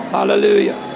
Hallelujah